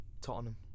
Tottenham